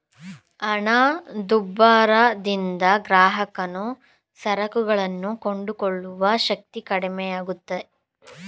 ಹಣದುಬ್ಬರದಿಂದ ಗ್ರಾಹಕನು ಸರಕುಗಳನ್ನು ಕೊಂಡುಕೊಳ್ಳುವ ಶಕ್ತಿ ಕಡಿಮೆಯಾಗುತ್ತೆ